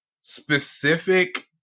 specific